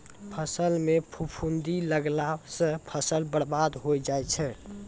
फसल म फफूंदी लगला सँ फसल बर्बाद होय जाय छै